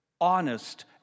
honest